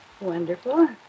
Wonderful